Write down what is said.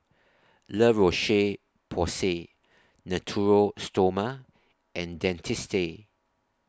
La Roche Porsay Natura Stoma and Dentiste